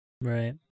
Right